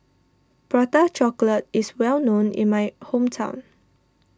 Prata Chocolate is well known in my hometown